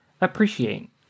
appreciate